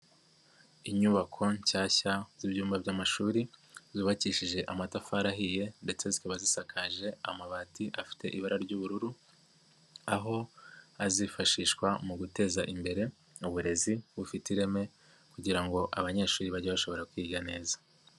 Inyubako nshyashya z'ibyumba by'amashuri zubakishije amatafari ahiye ndetse zikaba zisakaje amabati afite ibara ry'ubururu, aho azifashishwa mu guteza imbere uburezi bufite ireme kugira ngo abanyeshuri bajye bashobora kwiga neza.